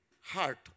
heart